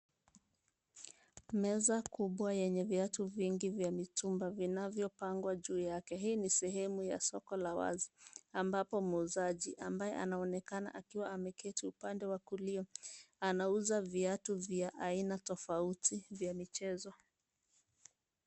Meza kubwa yenye viatu vingi vya mitumba vinavyopangwa juu yake. Hii ni sehemu ya soko la wazi ambapo muuzaji ambaye anaonekana akiwa ameketi upande wa kulia, anauza viatu vya aina tofauti vya michezo.